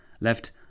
left